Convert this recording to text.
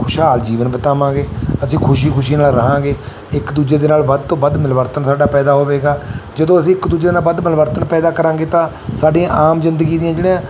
ਖੁਸ਼ਹਾਲ ਜੀਵਨ ਬਿਤਾਵਾਂਗੇ ਅਸੀਂ ਖੁਸ਼ੀ ਖੁਸ਼ੀ ਨਾਲ ਰਹਾਂਗੇ ਇੱਕ ਦੂਜੇ ਦੇ ਨਾਲ ਵੱਧ ਤੋਂ ਵੱਧ ਮਿਲਵਰਤਨ ਸਾਡਾ ਪੈਦਾ ਹੋਵੇਗਾ ਜਦੋਂ ਅਸੀਂ ਇੱਕ ਦੂਜੇ ਨਾਲ ਵੱਧ ਮਿਲਵਰਤਨ ਪੈਦਾ ਕਰਾਂਗੇ ਤਾਂ ਸਾਡੀਆਂ ਆਮ ਜ਼ਿੰਦਗੀ ਦੀਆਂ ਜਿਹੜੀਆਂ